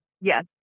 Yes